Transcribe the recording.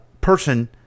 person